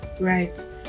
right